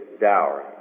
dowry